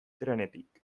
trenetik